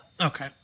Okay